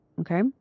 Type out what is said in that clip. Okay